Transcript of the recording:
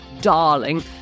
darling